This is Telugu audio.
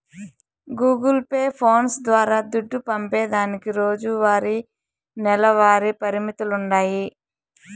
గూగుల్ పే, ఫోన్స్ ద్వారా దుడ్డు పంపేదానికి రోజువారీ, నెలవారీ పరిమితులుండాయి